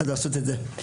אז לעשות את זה.